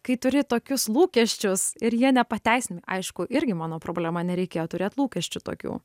kai turi tokius lūkesčius ir jie nepateisina aišku irgi mano problema nereikėjo turėt lūkesčių tokių